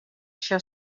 això